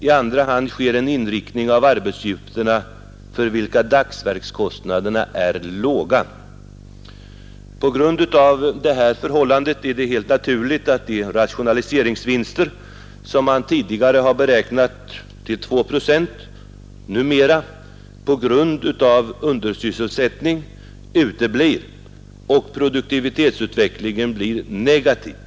I andra hand sker en inriktning på arbetsuppgifter för vilka dagsverkskostnaderna är låga. På grund av detta förhållande är det helt naturligt att de rationaliseringsvinster som man tidigare beräknat till två procent numera på grund av undersysselsättning uteblir och produktivitetsutvecklingen blir negativ.